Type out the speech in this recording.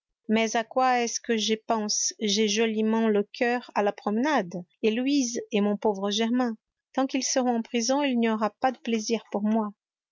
mais à quoi est-ce que je pense j'ai joliment le coeur à la promenade et louise et mon pauvre germain tant qu'ils seront en prison il n'y aura pas de plaisir pour moi